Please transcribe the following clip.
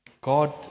God